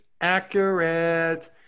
accurate